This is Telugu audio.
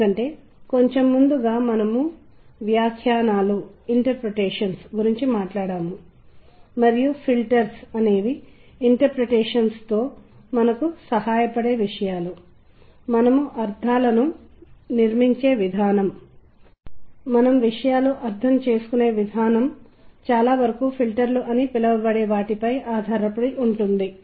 ఉదాహరణకు మీరు దీన్ని చూస్తున్నట్లయితే ఇది సంతోషం శృంగారం యొక్క భావోద్వేగాలను వ్యక్తం చేయగలదని మీరు కనుగొన్నారు మా అధ్యయనాలు గుర్తించినది అదే అయితే అవే స్వరాలు లయ లేకుండా శబ్ద పరిమాణం లేకుండా పూర్తిగా భిన్నమైన వాటిని తెలియజేస్తాయి